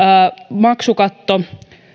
maksukatto